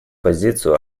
позицию